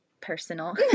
personal